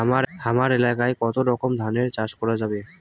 হামার এলাকায় কতো রকমের ধান চাষ করা যাবে?